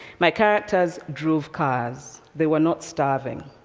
my characters drove cars. they were not starving.